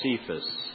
Cephas